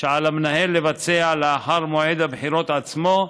שעל המנהל לבצע לאחר מועד הבחירות עצמו,